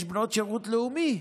יש בנות שירות לאומי,